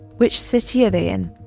which city are they in?